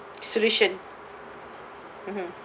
solution mmhmm